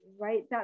right